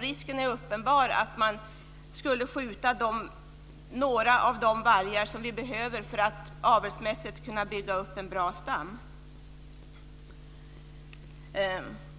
Risken är uppenbar att man skulle skjuta några av de vargar som vi behöver för att avelsmässigt kunna bygga upp en bra stam.